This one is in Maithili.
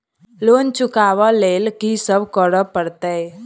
लोन चुका ब लैल की सब करऽ पड़तै?